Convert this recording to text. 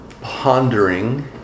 pondering